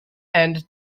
and